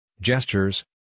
Gestures